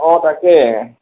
অঁ তাকে